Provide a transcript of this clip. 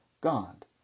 God